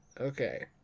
okay